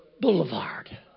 Boulevard